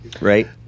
right